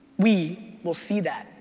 we will see that,